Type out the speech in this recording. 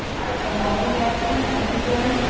all right, so nobody is absent? everybody is here?